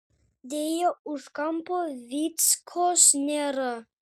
deja už kampo vyckos nėra